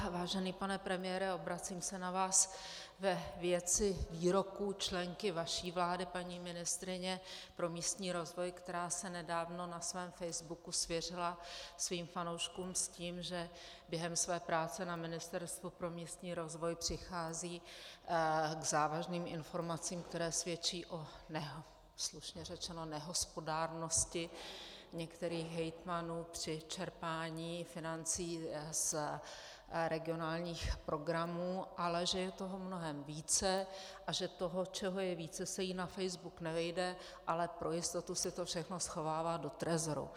Vážený pane premiére, obracím se na vás ve věci výroků členky vaší vlády paní ministryně pro místní rozvoj, která se nedávno na svém facebooku svěřila svým fanouškům s tím, že během své práce na Ministerstvu pro místní rozvoj přichází k závažným informacím, které svědčí o, slušně řečeno, nehospodárnosti některých hejtmanů při čerpání financí z regionálních programů, ale že je toho mnohem více, a že toho, čeho je více, se jí na facebook nevejde, ale pro jistotu si to všechno schovává do trezoru.